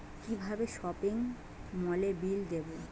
কিভাবে সপিং মলের বিল দেবো?